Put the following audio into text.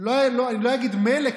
אני לא אגיד מילא,